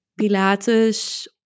Pilates